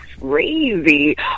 crazy